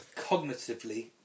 cognitively